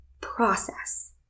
process